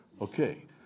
Okay